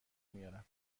میارم